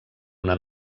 una